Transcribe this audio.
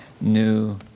new